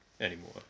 anymore